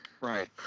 Right